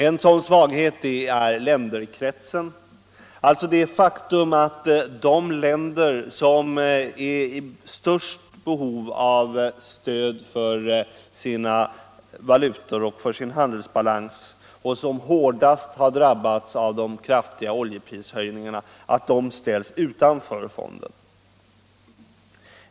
En sådan svaghet är länderkretsen, alltså det faktum att de länder som är i störst behov av stöd för sina valutor och för sin handelsbalans och som hårdast drabbats av de kraftiga oljeprishöjningarna ställs utanför fonden.